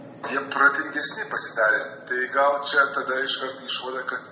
jie protingesni pasidarė tai gal čia tada iškart išvada kad